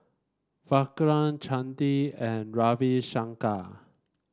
Vikram Chandi and Ravi Shankar